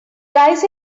guys